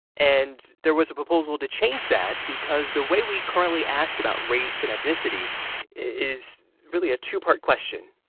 and there was a proposal to change that because the way we currently ask about race and ethnicity is really a two-part question.